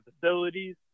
facilities